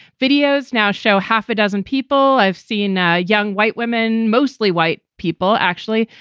videos now show half a dozen people i've seen ah young white women, mostly white people, actually,